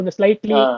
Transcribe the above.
slightly